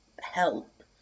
help